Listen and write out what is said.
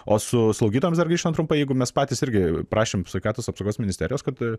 o su slaugytojomis dar grįžtant trumpai jeigu mes patys irgi prašėm sveikatos apsaugos ministerijos kad